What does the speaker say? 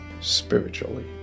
spiritually